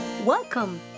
Welcome